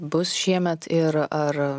bus šiemet ir ar